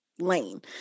lane